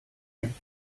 ним